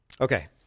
Okay